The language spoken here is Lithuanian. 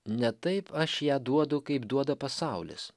ne taip aš ją duodu kaip duoda pasaulis